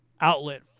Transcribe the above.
outlet